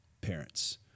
parents